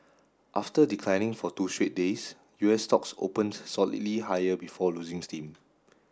after declining for two straight days U S stocks opened solidly higher before losing steam